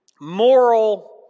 moral